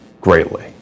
greatly